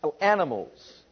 animals